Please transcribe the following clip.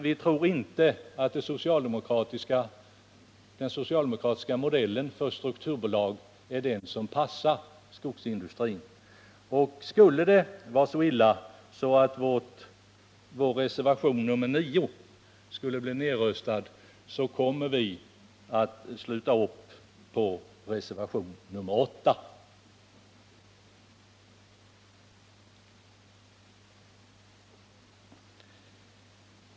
Vi tror inte att den socialdemokratiska modellen för strukturbolag passar skogsindustrin, och om det skulle vara så illa att vår reservation 9 blir nedröstad, kommer vi att sluta upp bakom reservation nr 8.